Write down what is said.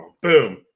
Boom